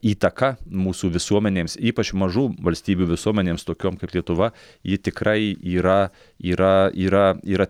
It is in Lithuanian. įtaka mūsų visuomenėms ypač mažų valstybių visuomenėms tokiom kaip lietuva ji tikrai yra yra yra yra